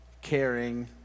caring